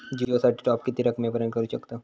जिओ साठी टॉप किती रकमेपर्यंत करू शकतव?